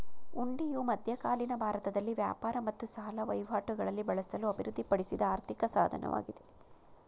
ಹುಂಡಿಯು ಮಧ್ಯಕಾಲೀನ ಭಾರತದಲ್ಲಿ ವ್ಯಾಪಾರ ಮತ್ತು ಸಾಲ ವಹಿವಾಟುಗಳಲ್ಲಿ ಬಳಸಲು ಅಭಿವೃದ್ಧಿಪಡಿಸಿದ ಆರ್ಥಿಕ ಸಾಧನವಾಗಿದೆ